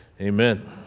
Amen